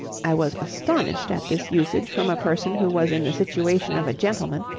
i was astonished at this usage from a person who was in the situation of a gentleman,